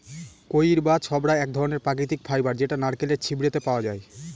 কইর বা ছবড়া এক ধরনের প্রাকৃতিক ফাইবার যেটা নারকেলের ছিবড়েতে পাওয়া যায়